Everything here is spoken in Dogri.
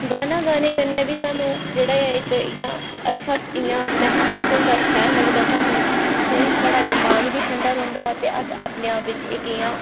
गाना गाने कन्नै बी सानूं जेह्ड़ा एह् इक इ'यां अच्छा इ'यां महसूस होंदा शैल लगदा सानूं ते साढ़ा दिमाग बी ठंडा रौंह्दा ते अस अपने आप बिच्च इक इ'यां